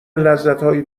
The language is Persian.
لذتهای